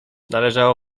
należało